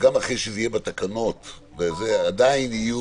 שגם אחרי שזה יהיה בתקנות עדיין יהיו